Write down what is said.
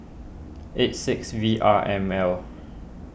eight six V R M L